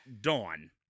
dawn